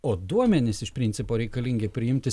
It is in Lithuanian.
o duomenys iš principo reikalingi priimti